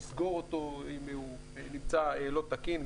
לסגור אותו אם הוא נמצא לא תקין,